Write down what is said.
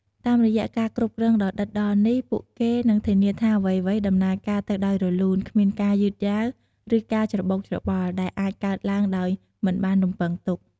តាមរយៈការគ្រប់គ្រងយ៉ាងដិតដល់នេះ ពួកគេនឹងធានាថាអ្វីៗដំណើរការទៅដោយរលូន គ្មានការយឺតយ៉ាវ ឬការច្របូកច្របល់ ដែលអាចកើតឡើងដោយមិនបានរំពឹងទុក។